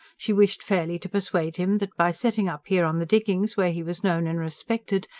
she wished fairly to persuade him that, by setting up here on the diggings where he was known and respected,